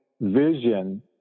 vision